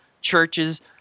churches